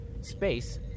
space